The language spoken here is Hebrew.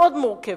מאוד מורכבת.